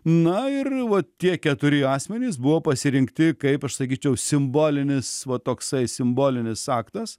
na ir va tie keturi asmenys buvo pasirinkti kaip aš sakyčiau simbolinis va toksai simbolinis aktas